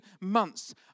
months